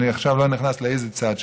אני עכשיו לא נכנס לאיזה צד זה.